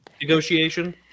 negotiation